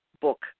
book